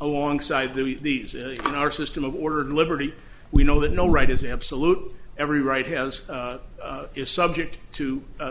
alongside these in our system of ordered liberty we know that no right is absolute every right has is subject to